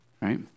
Right